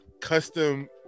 custom